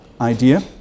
idea